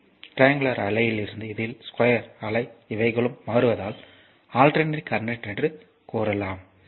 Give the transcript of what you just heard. இது ட்ரிங்குலார் அலை இதிலிருந்து ஸ்கொயர் அலை இவைகளும் மாறுவதால் அல்டெர்னட்டிங் கரண்ட் என்று கூறலாம்